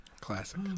Classic